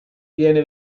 viene